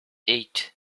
eight